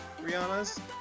Rihanna's